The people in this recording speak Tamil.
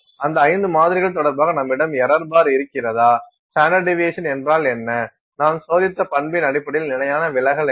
அந்த 5 மாதிரிகள் தொடர்பாக நம்மிடம் யரர் பார் இருக்கிறதா ஸ்டாண்டர்டு டிவியேஷன் என்றால் என்ன நாம் சோதித்த பண்பின் அடிப்படையில் நிலையான விலகல் என்ன